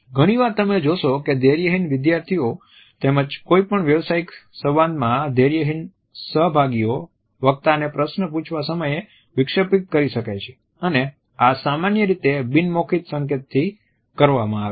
ઘણીવાર તમે જોશો કે ધૈર્યહીન વિદ્યાર્થીઓ તેમજ કોઈપણ વ્યાવસાયિક સંવાદમાં ધૈર્યહીન સહભાગીઓ વક્તાને પ્રશ્નો પૂછવા સમયે વિક્ષેપિત કરી શકે છે અને આ સામાન્ય રીતે બિન મૌખિક સંકેતથી કરવામાં આવે છે